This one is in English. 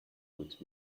with